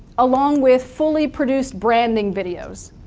along with fully produced branding videos.